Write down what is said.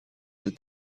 the